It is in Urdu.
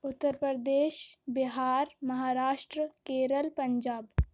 اتر پردیش بہار مہاراشٹر کیرل پنجاب